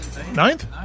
Ninth